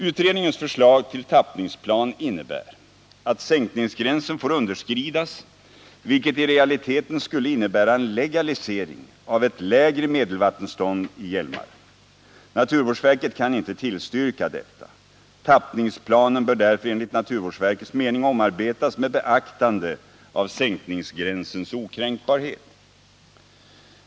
Utredningens förslag till tappningsplan innebär att sänkningsgränsen får underskridas, vilket i realiteten skulle innebära en legalisering av ett lägre medelvattenstånd i Hjälmaren. Naturvårdsverket kan icke tillstyrka detta. Tappningsplanen bör enligt naturvårdsverkets mening i stället omarbetas med beaktande av sänkningsgränsens okränkbarhet.